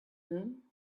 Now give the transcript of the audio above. moon